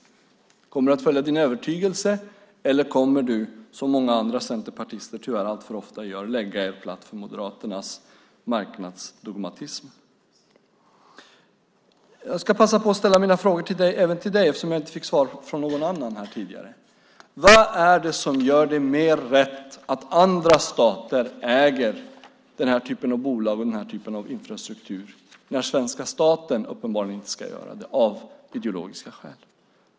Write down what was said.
Kommer du att följa din övertygelse, eller kommer du - som många centerpartister tyvärr alltför ofta gör - lägga dig platt för Moderaternas marknadsdogmatism? Jag ska passa på att ställa mina frågor även till dig eftersom ingen tidigare svarat på dem: Vad är det som gör det mer rätt att andra stater äger den här typen av bolag och den här typen av infrastruktur när svenska staten uppenbarligen inte ska göra det, av ideologiska skäl?